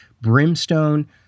Brimstone